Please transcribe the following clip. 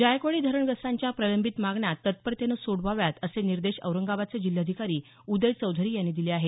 जायकवाडी धरणग्रस्तांच्या प्रलंबित मागण्या तत्परतेनं सोडवाव्यात असे निर्देश औरंगाबादचे जिल्हाधिकारी उदय चौधरी यांनी दिले आहेत